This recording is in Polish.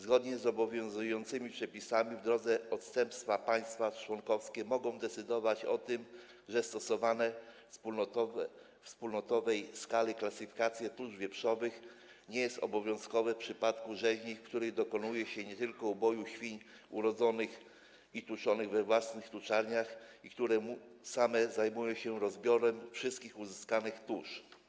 Zgodnie z obowiązującymi przepisami w drodze odstępstwa państwa członkowskie mogą zdecydować o tym, że stosowanie wspólnotowej skali klasyfikacji tusz wieprzowych nie jest obowiązkowe w przypadku rzeźni, w których dokonuje się tylko uboju świń urodzonych i tuczonych we własnych tuczarniach i które same zajmują się rozbiorem wszystkich uzyskanych tusz.